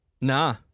nah